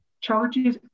challenges